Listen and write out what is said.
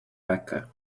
becca